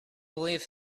believe